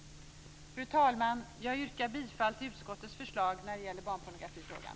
Fru talman! Jag yrkar bifall till utskottets förslag i barnpornografifrågan.